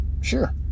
sure